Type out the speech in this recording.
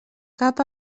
cap